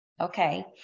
Okay